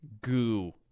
goo